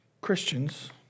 Christians